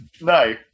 No